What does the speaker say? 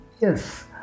Yes